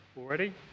already